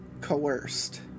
coerced